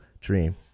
dream